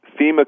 FEMA